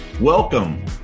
Welcome